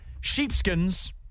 Sheepskins